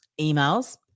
emails